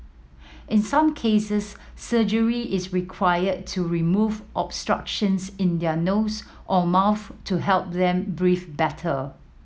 in some cases surgery is required to remove obstructions in their nose or mouth to help them breathe better